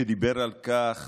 שדיבר על כך